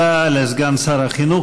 תודה לסגן שר החינוך.